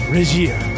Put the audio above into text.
Regia